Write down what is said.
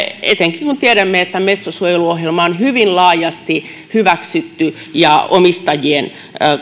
etenkin kun tiedämme että metso suojeluohjelma on hyvin laajasti hyväksytty ja omistajien